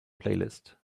playlist